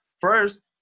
first